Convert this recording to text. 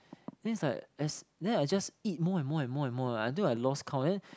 then it's like as then I just eat more and more and more eh until I lost count then